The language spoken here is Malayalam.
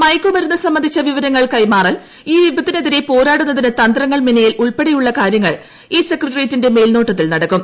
മയക്ക് മരുന്ന് സംബന്ധിച്ച വിവരങ്ങൾ കൈമാറൽ ഈ വിപത്തിനെതിരെ പോരാടുന്നതിന് തന്ത്രങ്ങൾ മെനയൽ ഉൾപ്പെടെയുള്ള കാര്യങ്ങൾ ഈ സെക്രട്ടേറിയറ്റിന്റെ മേൽനോട്ടത്തിൽ നടക്കും